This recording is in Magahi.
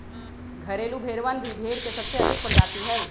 घरेलू भेड़वन भी भेड़ के सबसे अधिक प्रजाति हई